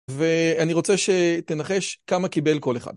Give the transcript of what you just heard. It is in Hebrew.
ואני רוצה שתנחש כמה קיבל כל אחד.